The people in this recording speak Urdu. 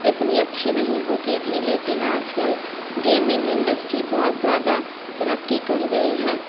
اتنی اچھی نہیں ہوتی تھی لیکن آج کل گیمنگ انڈسٹری بہت زیادہ ترقی کر گئی ہے